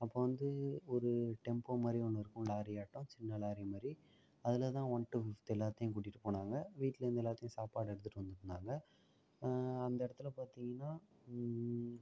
அப்போ வந்து ஒரு டெம்ப்போ மாதிரி ஒன்று இருக்கும் லாரியாட்டம் சின்ன லாரிமாதிரி அதில்தான் ஒன் டூ ஃபிஃப்த் எல்லாத்தையும் கூட்டிட்டுப் போனாங்கள் வீட்லேருந்து எல்லாத்துக்கும் சாப்பாடு எடுத்துட்டு வந்துருந்தாங்கள் அந்த இடத்துல பார்த்திங்கன்னா